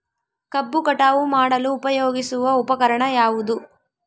ಕಬ್ಬು ಕಟಾವು ಮಾಡಲು ಉಪಯೋಗಿಸುವ ಉಪಕರಣ ಯಾವುದು?